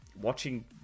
watching